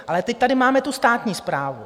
Ale teď tady máme tu státní správu.